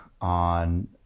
on